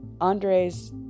Andres